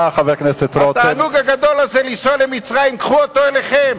התענוג הגדול הזה לנסוע למצרים, קחו אותו אליכם.